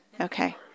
Okay